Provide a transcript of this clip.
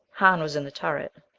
hahn was in the turret.